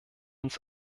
uns